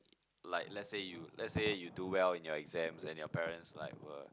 like let's say you let's say you do well in your exams and your parents like were